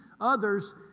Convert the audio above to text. others